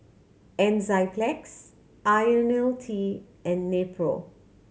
Enzyplex Ionil T and Nepro